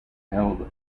held